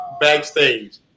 backstage